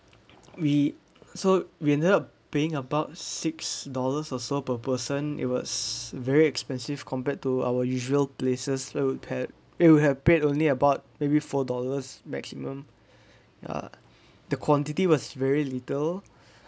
we so we ended up paying about six dollars or so per person it was very expensive compared to our usual places where we had eh we pay it'll only paid only about maybe four dollars maximum uh the quantity was very little